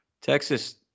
Texas